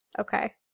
Okay